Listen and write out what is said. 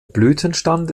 blütenstand